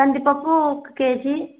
కందిపప్పు ఒక కేజీ